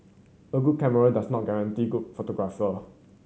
a good camera does not guarantee good photograph